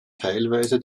teilweise